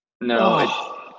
No